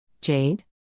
Jade